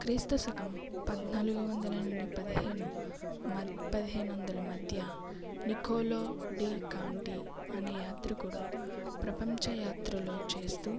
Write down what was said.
క్రీస్తు శకం పద్నాలుగు వందల నుండి పదిహేను పదిహేను వందల మధ్య నికోలో డీ కాంటే అనే యాత్రికుడు ప్రపంచ యాత్రలు చేస్తూ